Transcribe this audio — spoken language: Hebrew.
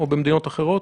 או במדינות אחרות?